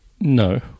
No